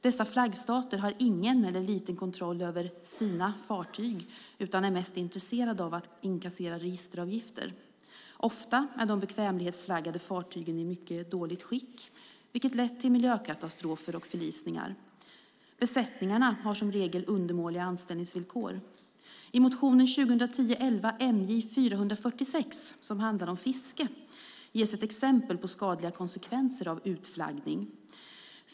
Dessa flaggstater har ingen eller liten kontroll över sina fartyg utan är mest intresserade av att inkassera registeravgifter. Ofta är de bekvämlighetsflaggade fartygen i mycket dåligt skick, vilket har lett till miljökatastrofer och förlisningar. Besättningarna har som regel undermåliga anställningsvillkor. I motion 2010/11:MJ446 som handlar om fiske ges ett exempel på skadliga konsekvenser av utflaggning.